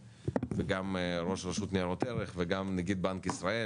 וגם ראש רשות ניירות ערך וגם נגיד בנק ישראל